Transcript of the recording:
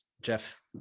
jeff